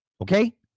okay